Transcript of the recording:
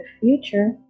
future